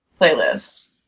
playlist